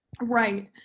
Right